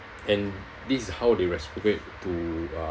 and this is how they reciprocate to uh